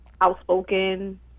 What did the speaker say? outspoken